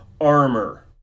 armor